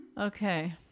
Okay